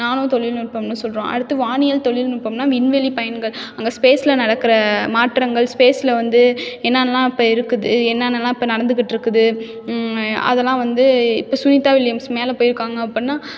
நானோ தொழில்நுட்பம்ன்னு சொல்கிறோம் அடுத்து வானியல் தொழில்நுட்பம்னால் விண்வெளிப் பயன்கள் அங்க ஸ்பேஸில் நடக்கிற மாற்றங்கள் ஸ்பேஸில் வந்து என்னெனலாம் இப்போ இருக்குது என்னென்னல்லாம் இப்போ நடந்துக்கிட்ருக்குது ம் அதெல்லாம் வந்து இப்போ சுனிதா வில்லியம்ஸ் மேலே போயிருக்காங்க அப்பிடினா